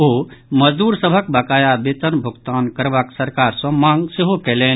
ओ मजदूर सभक बकाया वेतन भोगतान करबाक सरकार सॅ मांग सेहो कयलनि